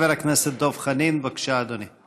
חבר הכנסת דב חנין, בבקשה, אדוני.